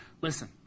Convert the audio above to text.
listen